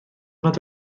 nad